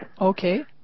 Okay